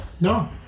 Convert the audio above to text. No